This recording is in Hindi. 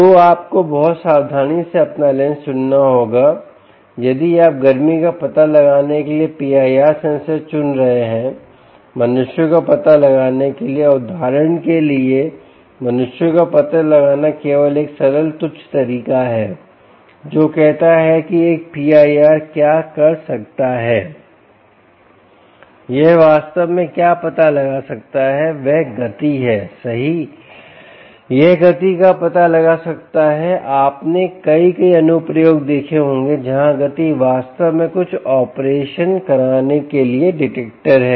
तो आपको बहुत सावधानी से अपना लेंस चुनना होगा यदि आप गर्मी का पता लगाने के लिए PIR सेंसर चुन रहे हैं मनुष्यों का पता लगाने के लिए और उदाहरण के लिए मनुष्यों का पता लगाना केवल एक सरल तुच्छ तरीका है जो कहता है कि एक PIR क्या कर सकता है यह वास्तव में क्या पता लगा सकता है वह गति है सही यह गति का पता लगा सकता है आपने कई कई अनुप्रयोग देखे होंगे जहां गति वास्तव में कुछ ऑपरेशन करने के लिए डिटेक्टर है